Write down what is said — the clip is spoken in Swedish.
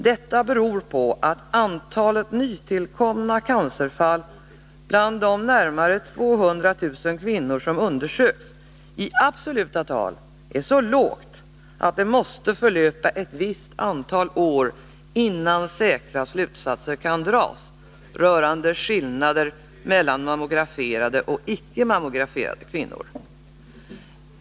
Detta beror på att antalet nytillkomna cancerfall bland de närmare 200 000 kvinnor som undersöks i absoluta tal är så lågt att det måste förlöpa ett visst antal år, innan säkra slutsatser kan dras rörande skillnader mellan mammograferade och icke mammograferade kvinnor.